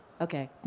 Okay